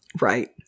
Right